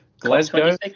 Glasgow